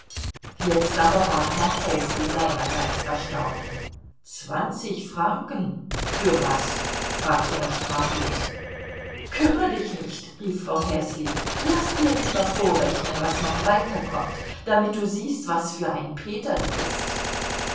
jetzt war aber herr häsli seinerseits erstaunt zwanzig franken für was fragte er sprachlos kümmer dich nicht rief frau häsli laß dir lieber vorrechnen was noch weiter kommt damit du siehst was für ein peter du bist